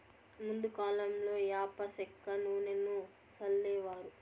ముందు కాలంలో యాప సెక్క నూనెను సల్లేవారు